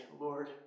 Lord